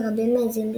ורבים האזינו לשידור.